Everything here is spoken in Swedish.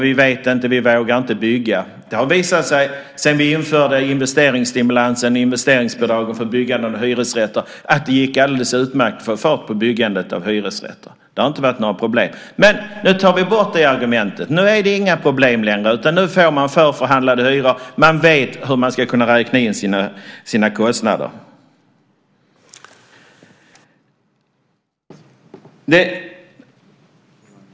Vi vet inte. Vi vågar inte bygga. Det har visat sig sedan vi införde investeringsbidragen för byggande av hyresrätter att det gick alldeles utmärkt att få fart på byggandet av hyresrätter. Det har inte varit några problem. Nu tar vi bort det argumentet. Nu är det inga problem längre. Nu får man förförhandlade hyror. Man vet hur man ska kunna räkna in sina kostnader.